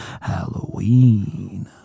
Halloween